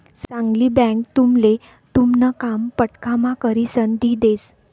चांगली बँक तुमले तुमन काम फटकाम्हा करिसन दी देस